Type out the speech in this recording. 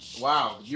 Wow